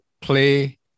play